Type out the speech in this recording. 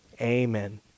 Amen